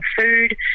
food